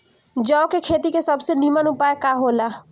जौ के खेती के सबसे नीमन उपाय का हो ला?